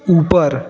ऊपर